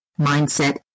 mindset